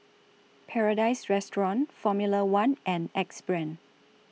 Paradise Restaurant Formula one and Axe Brand